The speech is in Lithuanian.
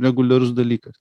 reguliarus dalykas